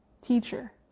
teacher